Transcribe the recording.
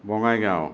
Bongaigaon